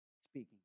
speaking